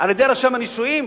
על-ידי רשם הנישואים,